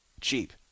cheap